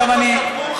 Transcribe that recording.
יכול לדבר.